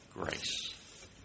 grace